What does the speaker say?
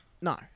no